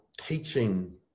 teaching